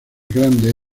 grande